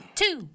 two